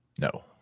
No